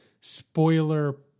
spoiler